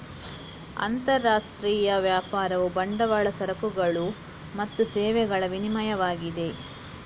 ಅಂತರರಾಷ್ಟ್ರೀಯ ವ್ಯಾಪಾರವು ಬಂಡವಾಳ, ಸರಕುಗಳು ಮತ್ತು ಸೇವೆಗಳ ವಿನಿಮಯವಾಗಿದೆ